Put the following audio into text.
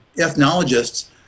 ethnologists